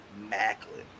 Macklin